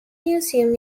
museum